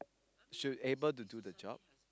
should able to do the job